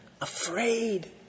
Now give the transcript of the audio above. afraid